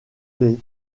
les